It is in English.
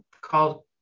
called